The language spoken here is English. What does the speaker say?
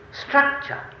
structure